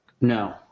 No